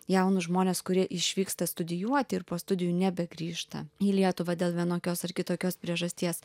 jaunus žmones kurie išvyksta studijuoti ir po studijų nebegrįžta į lietuvą dėl vienokios ar kitokios priežasties